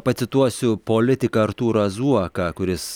pacituosiu politiką artūrą zuoką kuris